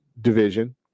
division